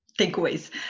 takeaways